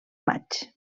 maig